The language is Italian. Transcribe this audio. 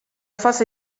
fase